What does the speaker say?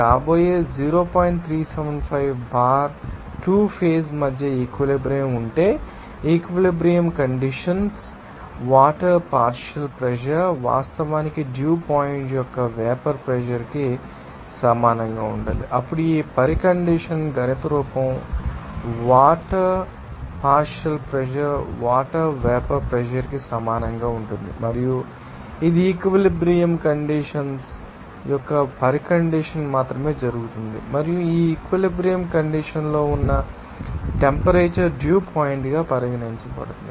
375 bar 2 phase మధ్య equilibrium ఉంటే equilibrium conditions water partial pressure వాస్తవానికి డ్యూ పాయింట్ యొక్క వేపర్ ప్రెషర్ ానికి సమానంగా ఉండాలి అప్పుడు ఈ పరికండిషన్స్ గణిత రూపం water partial pressure water vapour pressure కి సమానంగా ఉంటుంది మరియు ఇది ఈక్విలిబ్రియం కండిషన్స్ యొక్క పరికండిషన్స్ మాత్రమే జరుగుతుంది మరియు ఆ ఈక్విలిబ్రియం కండిషన్స్ లో ఉన్న టెంపరేచర్ డ్యూ పాయింట్ గా పరిగణించబడుతుంది